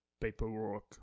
paperwork